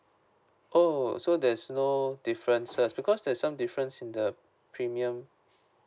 oh so there's no differences because there's some difference in the premium